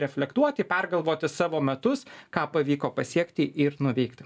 reflektuoti pergalvoti savo metus ką pavyko pasiekti ir nuveikti